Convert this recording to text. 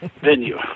venue